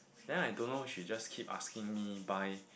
then I don't know she just keep asking me buy